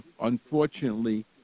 unfortunately